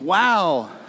Wow